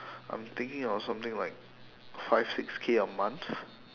I'm thinking of something like five six K a month